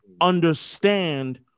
understand